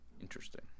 Interesting